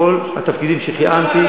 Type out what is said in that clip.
בכל התפקידים שכיהנתי,